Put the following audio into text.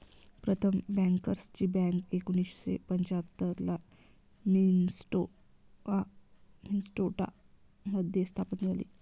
प्रथम बँकर्सची बँक एकोणीसशे पंच्याहत्तर ला मिन्सोटा मध्ये स्थापन झाली